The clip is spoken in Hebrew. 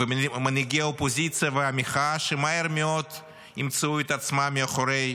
ומנהיגי אופוזיציה ומחאה שמהר מאוד ימצאו את עצמם מאחורי